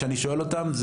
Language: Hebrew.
כשאני שואל אותם,